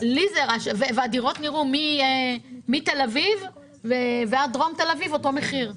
הדירות בצפון תל אביב ובדרום תל אביב באותו מחיר.